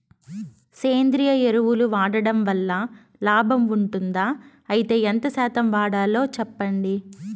సేంద్రియ ఎరువులు వాడడం వల్ల లాభం ఉంటుందా? అయితే ఎంత శాతం వాడాలో చెప్పండి?